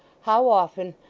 how often,